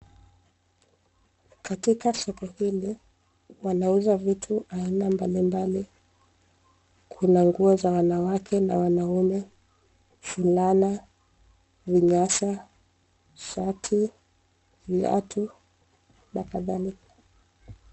Katika soko hili wanauza vitu aina mbalimbali. Kuna nguo za wanawake na wanaume, fulana , vinyasa, shati, viatu na kadhalika.